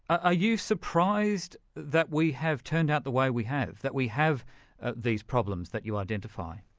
ah you surprised that we have turned out the way we have? that we have these problems that you identify?